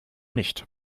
nicht